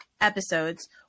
episodes